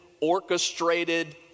orchestrated